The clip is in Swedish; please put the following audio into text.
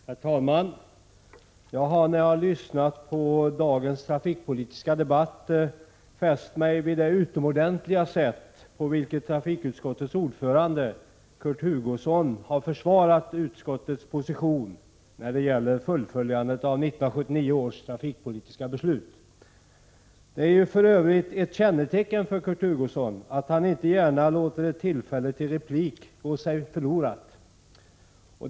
Prot. 1986/87:99 Herr talman! När jag lyssnat på dagens trafikpolitiska debatt har jag fäst — 1 april 1987 mig vid det utomordentliga sätt på vilket trafikutskottets ordförande Kurt Hugosson har försvarat utskottets position när det gäller fullföljandet av 1979 Våderektveckling av ; id ÄR det i A 1979 års trafikpolitiska års trafikpolitiska beslut. Det är för övrigt ett kännetecken för Kurt beslut Hugosson att han inte gärna låter ett tillfälle till replik gå förlorad.